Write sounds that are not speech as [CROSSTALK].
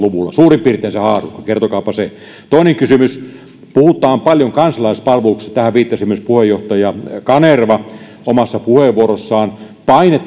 [UNINTELLIGIBLE] luvulla suurin piirtein se haarukka kertokaapa se toinen kysymys puhutaan paljon kansalaispalveluksesta tähän viittasi myös puheenjohtaja kanerva omassa puheenvuorossaan paine [UNINTELLIGIBLE]